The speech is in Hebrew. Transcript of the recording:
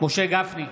משה גפני,